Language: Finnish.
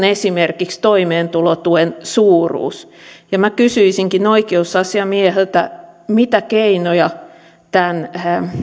esimerkiksi toimeentulotuen suuruus kysyisinkin oikeusasiamieheltä mitä keinoja tämän